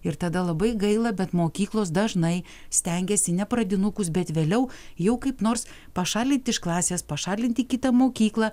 ir tada labai gaila bet mokyklos dažnai stengiasi ne pradinukus bet vėliau jau kaip nors pašalint iš klasės pašalint į kitą mokyklą